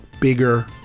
bigger